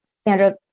Sandra